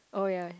oh ya